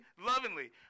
Lovingly